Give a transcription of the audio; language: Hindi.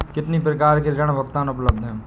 कितनी प्रकार के ऋण भुगतान उपलब्ध हैं?